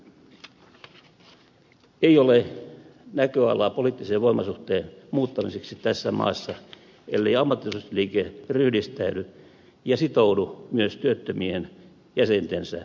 ei ole näköalaa poliittisen voimasuhteen muuttamiseksi tässä maassa ellei ammattiyhdistysliike ryhdistäydy ja sitoudu myös työttömien jäsentensä etuihin